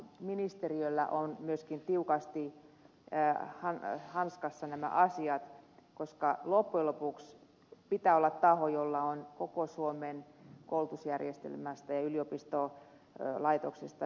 ministeriöllä on myöskin tiukasti hanskassa nämä asiat koska loppujen lopuksi pitää olla taho jolla on koko suomen koulutusjärjestelmästä ja yliopistolaitoksesta kokonaisvastuu